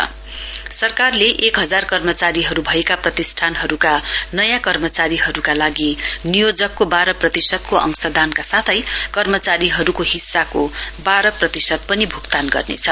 cabinet division सरकारले एक हजार कर्मचारीहरू भएका प्रतिष्ठानहरूका नयाँ कर्मचारीहरूका लागि नियोजकको बाह्र प्रतिशतको अंशदानका साथै कर्मचारीहरूको हिस्साको बाह्र प्रतिशत पनि भूक्तान गर्नेछ